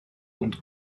und